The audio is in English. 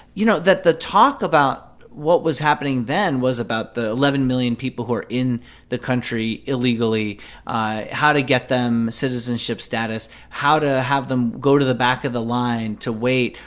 you know, that the talk about what was happening then was about the eleven million people who are in the country illegally how to get them citizenship status, how to have them go to the back of the line to wait,